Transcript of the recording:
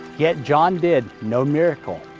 yet john did no miracle,